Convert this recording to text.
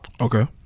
Okay